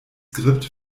skript